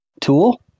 tool